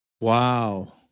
Wow